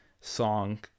song